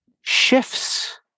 shifts